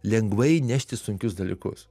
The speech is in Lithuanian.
lengvai nešti sunkius dalykus